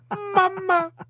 mama